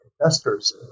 investors